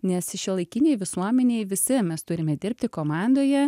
nes šiuolaikinėj visuomenėj visi mes turime dirbti komandoje